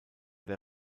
der